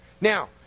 Now